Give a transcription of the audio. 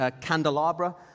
candelabra